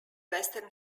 western